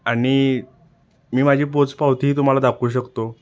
आणि मी माझी पोचपावतीही तुम्हाला दाखवू शकतो